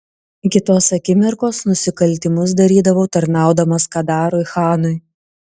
iki tos akimirkos nusikaltimus darydavau tarnaudamas kadarui chanui